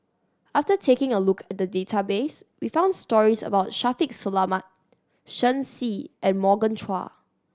after taking a look at the database we found stories about Shaffiq Selamat Shen Xi and Morgan Chua